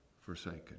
forsaken